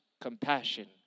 compassion